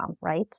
right